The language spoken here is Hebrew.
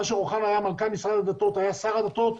אשר אוחנה היה מנכ"ל משרד הדתות, היה שר הדתות,